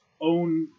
own